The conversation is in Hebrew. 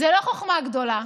זו לא חוכמה גדולה.